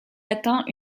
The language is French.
atteint